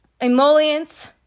Emollients